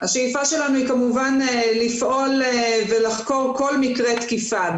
השאיפה שלנו היא כמובן לפעול ולחקור כל מקרה תקיפה,